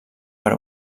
per